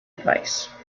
advice